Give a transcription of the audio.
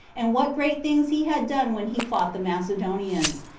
and what great things he had done when he fought the macedonians,